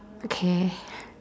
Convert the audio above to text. okay